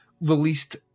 released